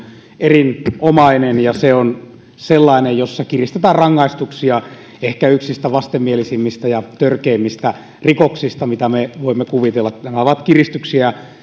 erinomainen ja se on sellainen jossa kiristetään rangaistuksia ehkä yksistä vastenmielisimmistä ja törkeimmistä rikoksista mitä me voimme kuvitella nämä ovat kiristyksiä